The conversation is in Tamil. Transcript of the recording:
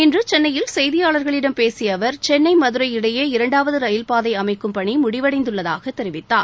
இன்று சென்னையில் செய்தியாளாகளிடம் பேசிய அவர் சென்னை மதுரை இடையே இரண்டாவது ரயில்பாதை அமைக்கும் பணி முடிவடைந்துள்ளதாக தெரிவித்தார்